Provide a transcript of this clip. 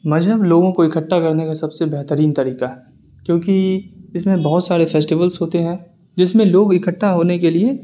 مذہب لوگوں کو اکھٹا کرنے کا سب سے بہترین طریقہ ہے کیونکہ اس میں بہت سارے فیسٹولس ہوتے ہیں جس میں لوگ اکھٹا ہونے کے لیے